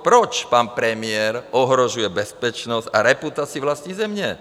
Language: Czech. Proč pan premiér ohrožuje bezpečnost a reputaci vlastní země?